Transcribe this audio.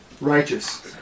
Righteous